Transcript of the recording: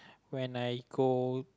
when I go